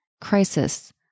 crisis